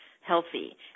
healthy